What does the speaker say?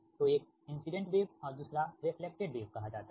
तो एक incident wave और दूसरा रेफ्लेक्टेड वेव कहा जाता है